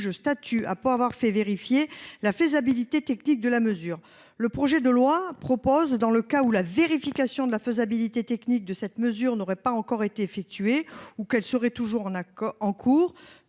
statue après avoir fait vérifier la faisabilité technique de la mesure ». Le projet de loi vise, dans le cas où la vérification de la faisabilité technique de cette mesure n'aurait pas encore été effectuée ou serait toujours en cours,